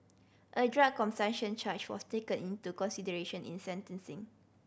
a drug consumption charge was taken into consideration in sentencing